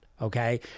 okay